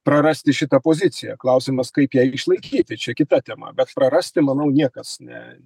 prarasti šitą poziciją klausimas kaip ją išlaikyti čia kita tema bet prarasti manau niekas ne